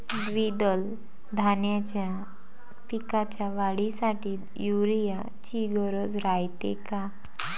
द्विदल धान्याच्या पिकाच्या वाढीसाठी यूरिया ची गरज रायते का?